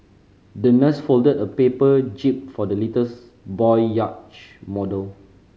the nurse folded a paper jib for the little boy yacht model